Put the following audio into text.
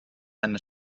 einer